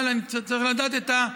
אבל אני צריך לדעת את,